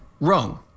wrong